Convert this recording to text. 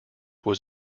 was